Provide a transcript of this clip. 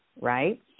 Right